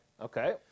Okay